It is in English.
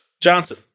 Johnson